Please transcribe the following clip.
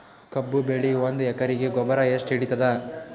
ಕಬ್ಬು ಬೆಳಿ ಒಂದ್ ಎಕರಿಗಿ ಗೊಬ್ಬರ ಎಷ್ಟು ಹಿಡೀತದ?